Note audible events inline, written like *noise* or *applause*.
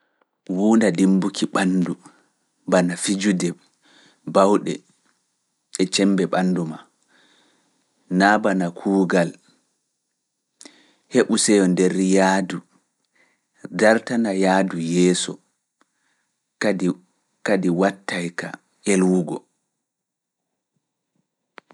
*hesitation* Wona dimbuki ɓanndu bana fijude, baawɗe e cembe ɓanndu maa naa bana kuugal heɓu seyo nder yaadu. dartana yaadu yeeso kadi wattaayka elwugo.